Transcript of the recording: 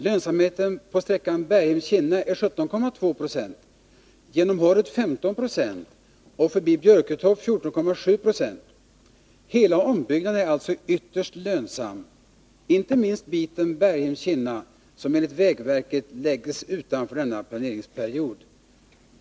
Lönsamheten på sträckan Berghem-Kinna är 17,2 Zo, genom Horred 15 20 och förbi Björketorp 14,7 760. Hela ombygganden är alltså ytterst lönsam, inte minst biten Berghem-Kinna som enligt vägverket läggs utanför denna planeringsperiod.